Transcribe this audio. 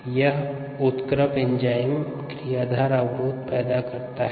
यह उत्क्रम एंजाइम क्रियाधार अवरोध पैदा करता है